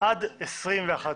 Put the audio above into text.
21 אנשים.